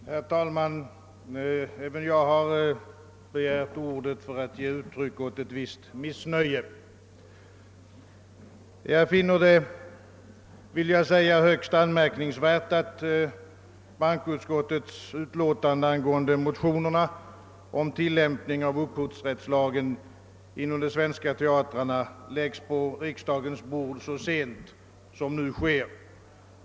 Herr talman! Även jag har begärt ordet för att ge uttryck åt ett visst missnöje. Jag finner det högst anmärkningsvärt att bankoutskottets utlåtande angående motionerna om tillämpning av upphovsrättslagen inom de svenska teatrarna läggs på riksdagen bord så sent som nu sker.